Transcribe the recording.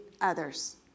others